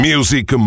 Music